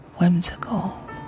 whimsical